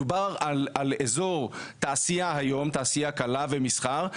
מדובר על אזור תעשייה קלה ומסחר היום,